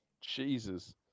Jesus